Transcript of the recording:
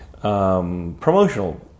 promotional